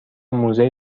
موزه